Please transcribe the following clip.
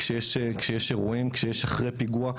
כשיש אירועים כשיש אחרי פיגוע,